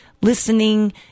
listening